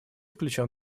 включен